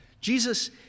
Jesus